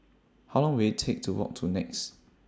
How Long Will IT Take to Walk to Nex